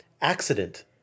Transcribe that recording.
accident